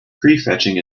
prefetching